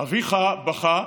אביך בכה,